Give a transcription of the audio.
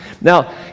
Now